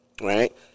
Right